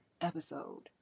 episode